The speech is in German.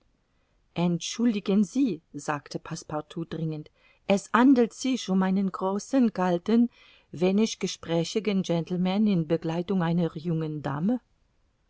entschuldigen sie sagte passepartout dringend es handelt sich um einen großen kalten wenig gesprächigen gentleman in begleitung einer jungen dame